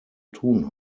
tun